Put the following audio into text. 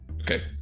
okay